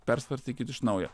persvarstykit iš naujo